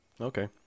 Okay